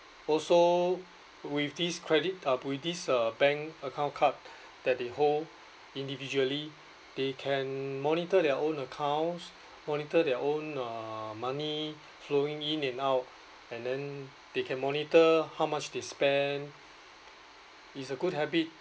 also with this credit uh with this uh bank account card that they hold individually they can monitor their own accounts monitor their own uh money flowing in and out and then they can monitor how much they spend it's a good habit